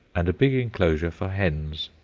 and a big enclosure for hens.